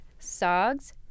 sogs